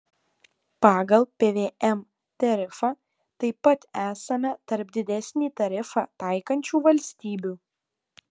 pagal pvm tarifą taip pat esame tarp didesnį tarifą taikančių valstybių